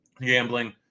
gambling